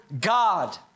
God